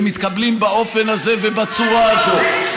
ומתקבלים באופן הזה ובצורה הזאת.